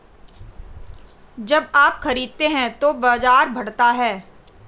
जब आप खरीदते हैं तो बाजार बढ़ता है